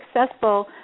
successful